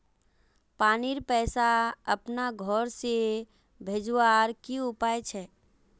पानीर पैसा अपना घोर से भेजवार की उपाय छे?